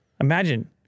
Imagine